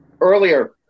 earlier